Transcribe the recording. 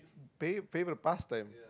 fave favorite past time